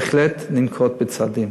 בהחלט ננקוט צעדים.